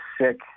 sick